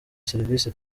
serivisi